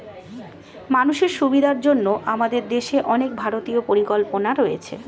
মানুষের সুবিধার জন্য আমাদের দেশে অনেক ভারতীয় পরিকল্পনা রয়েছে